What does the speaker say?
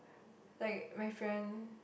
like my friend